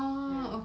ya